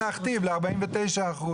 קודם כל אני